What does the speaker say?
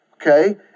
Okay